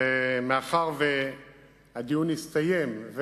מאחר שהדיון הסתיים,